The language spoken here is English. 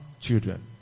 children